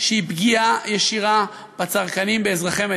נערך דיון מהיר ביוזמתי,